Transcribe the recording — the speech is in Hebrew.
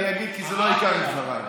כי זה לא עיקר דבריי.